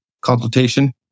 consultation